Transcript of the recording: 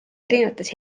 erinevates